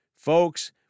Folks